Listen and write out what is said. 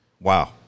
Wow